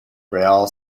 real